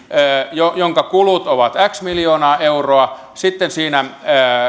jonka jonka kulut ovat x miljoonaa euroa